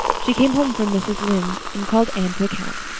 she came home from mrs. lynde's and called anne to account.